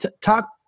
talk